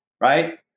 right